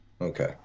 Okay